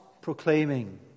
proclaiming